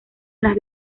las